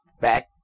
Back